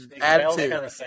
Attitude